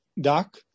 Doc